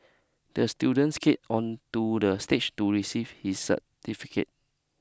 the student skate onto the stage to receive his certificate